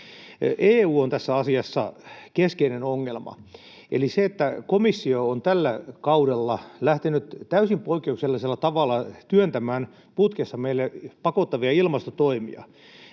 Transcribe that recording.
EU on tässä asiassa keskeinen ongelma, eli se, että komissio on tällä kaudella lähtenyt täysin poikkeuksellisella tavalla työntämään putkessa meille pakottavia ilmastotoimia.